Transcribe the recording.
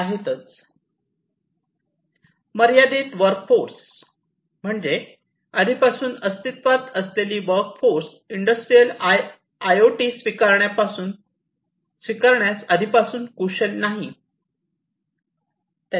मर्यादित work force म्हणजे आधीपासून अस्तित्वात असलेली वर्क फोर्स इंडस्ट्रियल आयओटी स्वीकारण्यास आधीपासूनच कुशल नाही